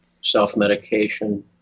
self-medication